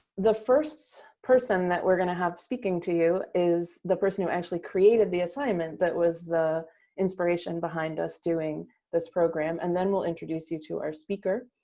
the first person that we're going to have speaking to you is the person who actually created the assignment that was the inspiration behind us doing this program. and then we'll introduce you to our speaker.